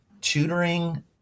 tutoring